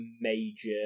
major